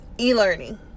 e-learning